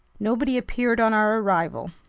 nobody appeared on our arrival.